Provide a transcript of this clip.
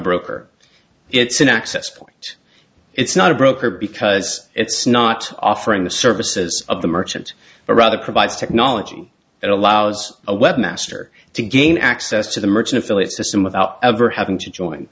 broker it's an access point it's not a broker because it's not offering the services of the merchant but rather provides technology that allows a webmaster to gain access to the merchant affiliate system without ever having to join